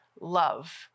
love